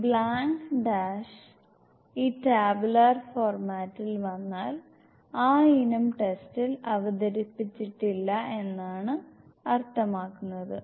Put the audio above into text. ഈ blank dash ഈ tabular ഫോർമാറ്റിൽ വന്നാൽ ആ ഇനം ടെസ്റ്റിൽ അവതരിപ്പിച്ചിട്ടില്ല എന്നാണ് അർത്ഥമാക്കുന്നത്